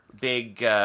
big